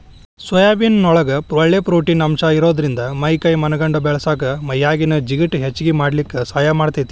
soybean ನೊಳಗ ಒಳ್ಳೆ protein ಅಂಶ ಇರೋದ್ರಿಂದ ಮೈ ಕೈ ಮನಗಂಡ ಬೇಳಸಾಕ ಮೈಯಾಗಿನ ಜಿಗಟ್ ಹೆಚ್ಚಗಿ ಮಾಡ್ಲಿಕ್ಕೆ ಸಹಾಯ ಮಾಡ್ತೆತಿ